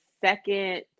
second